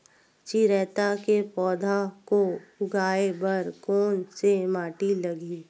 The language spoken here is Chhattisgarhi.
चिरैता के पौधा को उगाए बर कोन से माटी लगही?